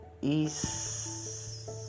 East